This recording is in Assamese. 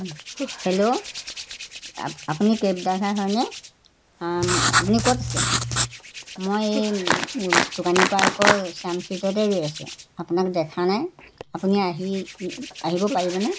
হেল্ল' আপ আপুনি কেব ড্ৰাইভাৰ হয়নে আপুনি ক'ত আছে মই এই টোকানী পাৰ্কৰ চেমছিটতে ৰৈ আছোঁ আপোনাক দেখা নাই আপুনি আহি আহিব পাৰিবনে